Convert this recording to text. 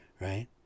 right